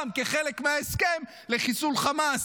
גם כחלק מההסכם לחיסול חמאס.